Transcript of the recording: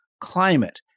climate